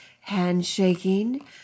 handshaking